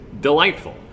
delightful